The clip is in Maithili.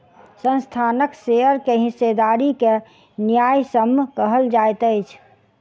संस्थानक शेयर के हिस्सेदारी के न्यायसम्य कहल जाइत अछि